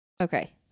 Okay